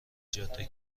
جاده